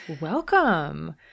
Welcome